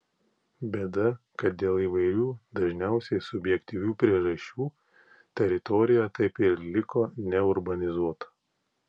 bėda kad dėl įvairių dažniausiai subjektyvių priežasčių teritorija taip ir liko neurbanizuota